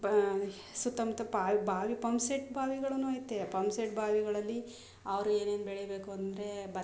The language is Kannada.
ಬ ಸುತ್ತಮುತ್ತ ಪಾಳು ಬಾವಿ ಪಂಪ್ ಸೆಟ್ ಬಾವಿಗಳೂ ಐತೆ ಪಂಪ್ ಸೆಟ್ ಬಾವಿಗಳಲ್ಲಿ ಅವ್ರು ಏನೇನು ಬೆಳೀಬೇಕು ಅಂದರೆ